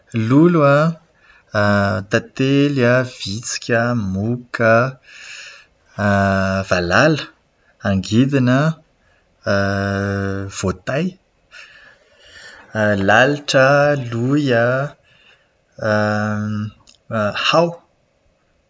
Lolo an, tantely an, vitsika, moka, valala, angidina, voatay, lalitra, loy an, hao.